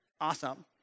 Awesome